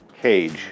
cage